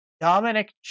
Dominic